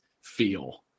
feel